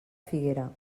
figuera